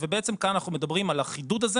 ובעצם כאם אנחנו מדברים על החידוד הזה